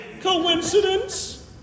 Coincidence